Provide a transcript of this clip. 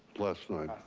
last night,